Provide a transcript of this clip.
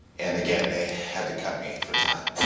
and again they had to cut me for time.